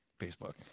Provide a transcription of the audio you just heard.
Facebook